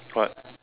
what